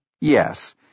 Yes